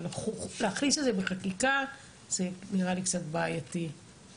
אבל להכניס את זה בחקיקה זה נראה לי קצת בעייתי עבורנו.